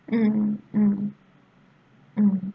mm mm mm